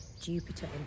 Jupiter